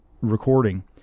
recording